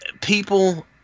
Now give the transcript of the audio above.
People